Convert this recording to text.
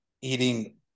eating